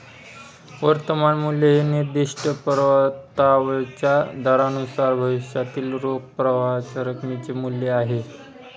वर्तमान मूल्य हे निर्दिष्ट परताव्याच्या दरानुसार भविष्यातील रोख प्रवाहाच्या रकमेचे मूल्य आहे